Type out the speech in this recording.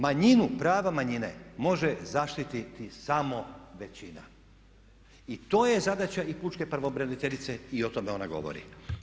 Manjinu, prava manjine može zaštiti samo većina i to je zadaća i pučke pravobraniteljice i o tome ona govori.